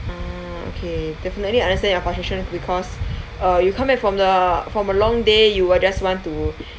ah okay definitely understand your frustration because uh you come back from the from a long day you will just want to